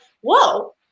whoa